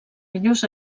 millors